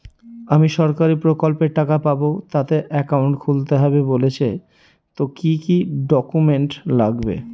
আমি সরকারি প্রকল্পের টাকা পাবো তাতে একাউন্ট খুলতে হবে বলছে তো কি কী ডকুমেন্ট লাগবে?